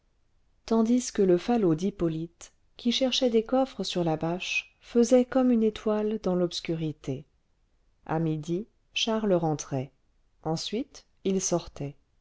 tandis que le falot d'hippolyte qui cherchait des coffres sur la bâche faisait comme une étoile dans l'obscurité à midi charles rentrait ensuite il sortait